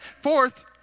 fourth